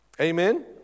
Amen